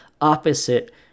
opposite